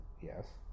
yes